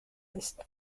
ist